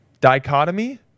dichotomy